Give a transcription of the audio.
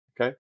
okay